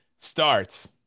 starts